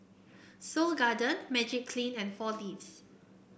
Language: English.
Seoul Garden Magiclean and Four Leaves